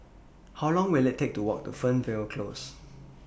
How Long Will IT Take to Walk to Fernvale Close